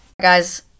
guys